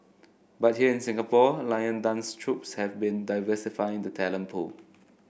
but here in Singapore lion dance troupes have been diversifying the talent pool